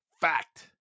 Fact